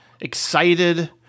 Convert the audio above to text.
excited